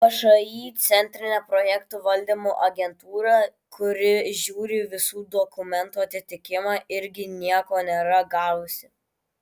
všį centrinė projektų valdymo agentūra kuri žiūri visų dokumentų atitikimą irgi nieko nėra gavusi